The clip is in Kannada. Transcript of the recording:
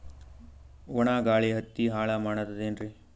ಒಣಾ ಗಾಳಿ ಹತ್ತಿ ಹಾಳ ಮಾಡತದೇನ್ರಿ?